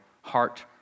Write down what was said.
heart